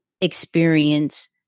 experience